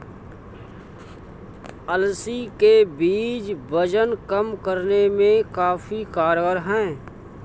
अलसी के बीज वजन कम करने में काफी कारगर है